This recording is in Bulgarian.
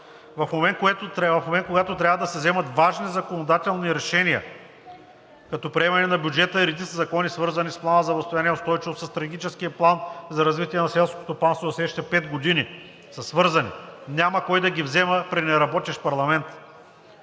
в момент, когато трябва да се вземат важни законодателни решения, като приемане на бюджета и редица закони, свързани с Плана за възстановяване и устойчивост, със Стратегическия план за развитие на селското стопанство за следващите пет години – те са свързани. Няма кой да ги взема при неработещ парламент.